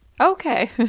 Okay